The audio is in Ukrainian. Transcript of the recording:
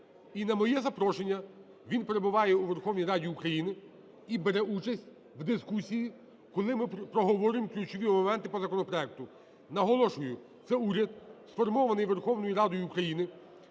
І на моє запрошення він перебуває у Верховній Раді України і бере участь в дискусії, коли ми проговорюємо ключові моменти по законопроекту. Наголошую, це уряд, сформований Верховною Радою України,